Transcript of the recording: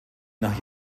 nach